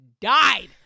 died